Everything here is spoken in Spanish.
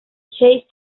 chase